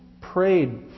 prayed